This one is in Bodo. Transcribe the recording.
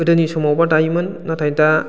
गोदोनि समावबा दायोमोन नाथाय दा